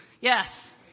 Yes